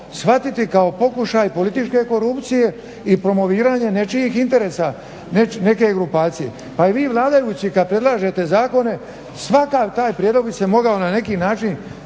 shvatiti kao pokušaj političke korupcije i promoviranje nečijih interesa, neke grupacije. Pa i vi vladajući kad predlažete zakone svaki taj prijedlog bi se mogao na neki način